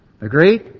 Agree